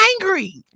angry